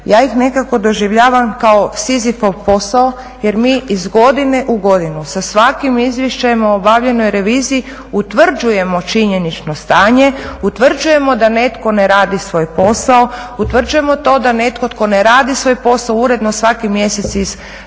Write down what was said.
ja ih nekako doživljavam kao sizifov posao jer mi iz godine u godinu sa svakim izvješćem o obavljenoj reviziji utvrđujemo činjenično stanje, utvrđujemo da netko ne radi svoj posao, utvrđujemo to da netko tko ne radi svoj posao uredno svaki mjesec dobiva